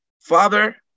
Father